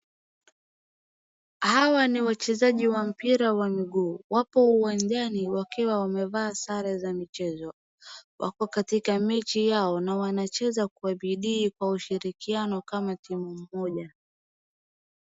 Hawa ni wachezaji wa mpira wa miguu. Wapo uwanjani wakiwa wamevaa sare za michezo. Wako katika mechi yao na wanacheza kwa bidii kwa ushirikiano kama timu moja.